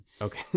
Okay